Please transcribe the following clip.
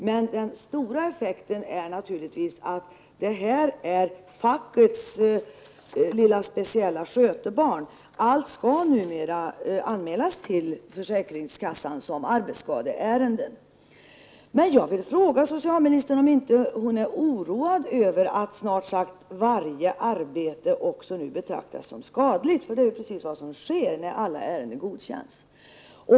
Men den stora effekten beror naturligtvis på att detta är fackets lilla speciella skötebarn. Allt skall numera anmälas till försäkringskassan som arbetsskadeärenden. Men jag vill fråga socialministern om inte hon är oroad över att snart sagt varje arbete nu betraktas som skadligt — för det är precis vad som sker när alla ärenden godkänns.